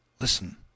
Listen